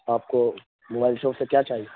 آپ کو mobile shop سے کیا چاہیے